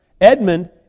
Edmund